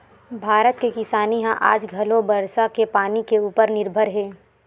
भारत के किसानी ह आज घलो बरसा के पानी के उपर निरभर हे